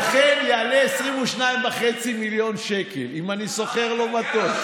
ולכן זה יעלה 22.5 מיליון שקל אם אני שוכר לו מטוס.